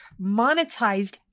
monetized